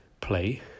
play